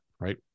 Right